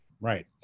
right